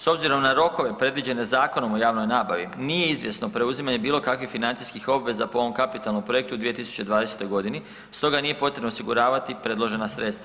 S obzirom na rokove predviđene Zakonom o javnoj nabavi nije izvjesno preuzimanje bilo kakvih financijskih obveza po ovom kapitalnom projektu u 2020. godini stoga nije potrebno osiguravati predložena sredstva.